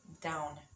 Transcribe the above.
down